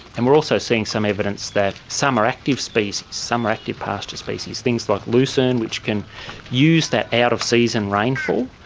and we are also seeing some evidence that some are active species, some are active pasture species. things like lucerne which can use that out of season rainfall,